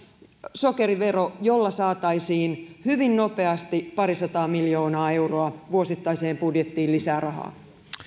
sokerivero jolla saataisiin hyvin nopeasti parisataa miljoonaa euroa vuosittaiseen budjettiin lisää rahaa